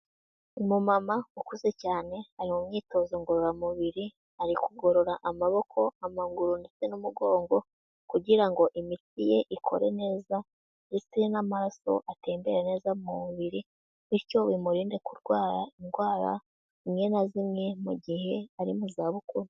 Umumama ukuze cyane ari mu myitozo ngororamubiri, ari kugorora amaboko amaguru ndetse n'umugongo kugira ngo imitsi ye ikore neza ndetse n'amaraso atembere neza mu mubiri bityo bimurinde kurwara indwara zimwe na zimwe mu gihe ari mu zabukuru.